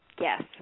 Yes